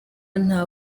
nta